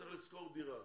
שצריך לשכור דירה